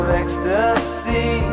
ecstasy